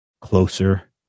closer